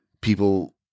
people